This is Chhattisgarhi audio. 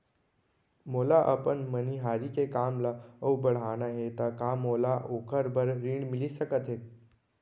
मोला अपन मनिहारी के काम ला अऊ बढ़ाना हे त का मोला ओखर बर ऋण मिलिस सकत हे?